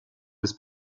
des